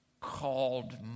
called